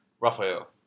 Raphael